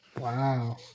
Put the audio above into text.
Wow